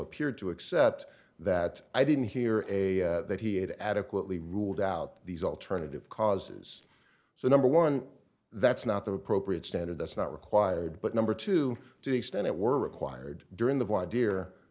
appeared to accept that i didn't hear a that he had adequately ruled out these alternative causes so number one that's not the appropriate standard that's not required but number two to the extent it were required during the